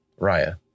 Raya